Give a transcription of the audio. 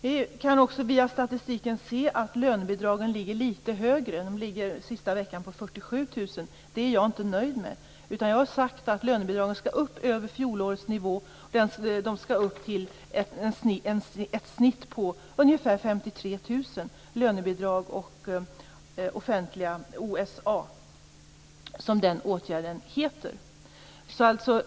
Vi kan också via statistiken se att lönebidragen ligger litet högre. De ligger sista veckan på 47 000. Det är jag inte nöjd med. Jag har sagt att lönebidragen skall upp över fjolårets nivå. Lönebidrag och OSA, som den åtgärden heter, skall upp till ett snitt på ungefär 53 000.